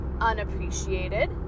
unappreciated